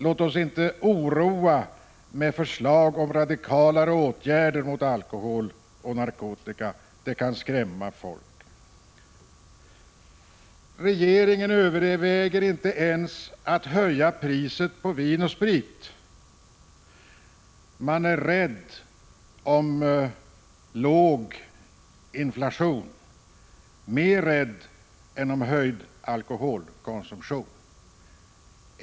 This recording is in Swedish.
Låt oss inte oroa med förslag om radikalare åtgärder mot alkoholen och narkotikan. Det kan skrämma folk. Regeringen överväger inte ens att höja priset på vin och sprit. Man är rädd om låg inflation, mer än man är rädd för höjd alkoholkonsumtion.